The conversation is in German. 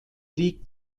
liegt